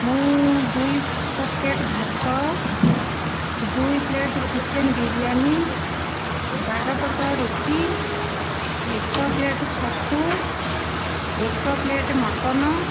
ମୁଁ ଦୁଇ ପ୍ୟାକେଟ ଭାତ ଦୁଇ ପ୍ଲେଟ ଚିକେନ ବିରିୟାନୀ ବାର ପଟ ରୁଟି ଏକ ପ୍ଲେଟ ଛତୁ ଏକ ପ୍ଲେଟ ମଟନ